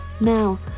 Now